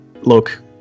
look